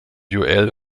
joel